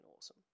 awesome